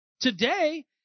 Today